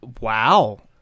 wow